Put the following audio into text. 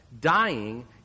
dying